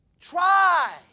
try